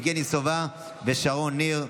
יבגני סובה ושרון ניר.